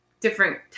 different